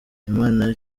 imana